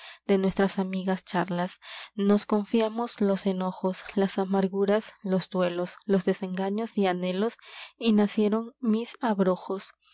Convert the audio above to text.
de nuestras nos confiamos los enojos las amarguras los y los duelos y desengaños anhelos nacieron mis abrojos